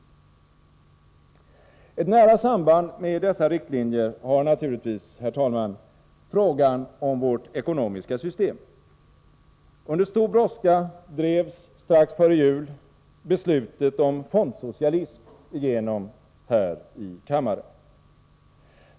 Ett nära samband med dessa riktlinjer har naturligtvis, herr talman, frågan om vårt ekonomiska system. Under stor brådska drevs strax före jul beslutet om fondsocialism igenom här i kammaren.